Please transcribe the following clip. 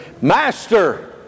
Master